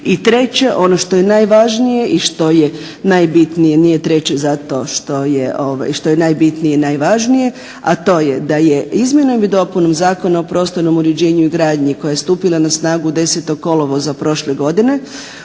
I treće, ono što je najvažnije i što je najbitnije. Nije treće zato što je najbitnije i najvažnije a to je da je izmjenom i dopunom Zakona o prostornom uređenju i gradnji koja je stupila na snagu 10. kolovoza prošle godine